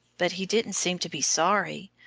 but he didn't seem to be sorry.